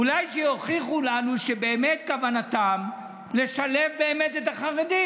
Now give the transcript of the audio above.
אולי שיוכיחו לנו שבאמת כוונתם לשלב באמת את החרדים?